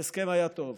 ההסכם היה טוב.